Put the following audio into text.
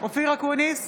אופיר אקוניס,